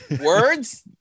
words